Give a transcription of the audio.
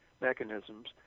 mechanisms